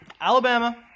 Alabama